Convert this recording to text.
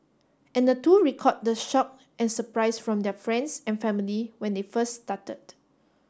and the two recalled the shock and surprise from their friends and family when they first started